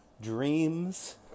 dreams